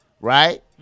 right